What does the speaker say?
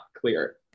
clear